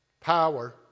Power